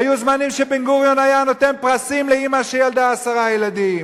היו זמנים שבן-גוריון היה נותן פרסים לאמא שילדה עשרה ילדים,